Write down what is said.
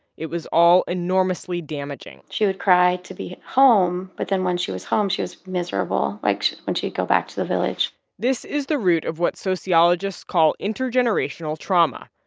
it was all enormously damaging she would cry to be home. but then when she was home, she was miserable, like, when she'd go back to the village this is the root of what sociologists call intergenerational trauma.